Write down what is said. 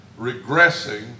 regressing